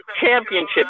championship